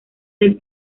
del